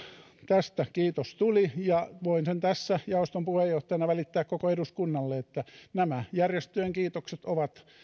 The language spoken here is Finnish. tästä kiitos tuli ja voin sen tässä jaoston puheenjohtajana välittää koko eduskunnalle eli nämä järjestöjen kiitokset ovat